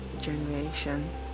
generation